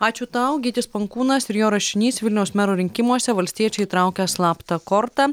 ačiū tau gytis pankūnas ir jo rašinys vilniaus mero rinkimuose valstiečiai traukia slaptą kortą